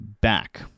back